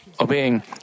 obeying